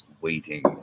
waiting